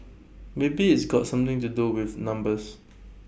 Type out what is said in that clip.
maybe it's got something to do with numbers